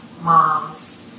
moms